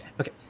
okay